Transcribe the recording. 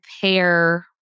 pair